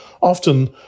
Often